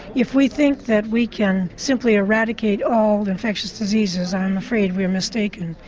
if we think that we can simply eradicate all infectious diseases i'm afraid we are mistaken.